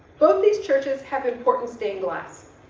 both these churches have important stained glass.